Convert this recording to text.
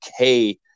okay